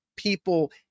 people